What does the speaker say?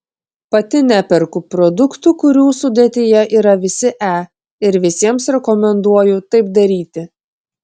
pati neperku produktų kurių sudėtyje yra visi e ir visiems rekomenduoju taip daryti